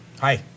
Hi